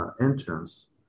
entrance